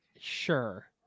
sure